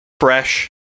fresh